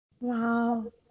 Wow